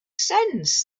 sense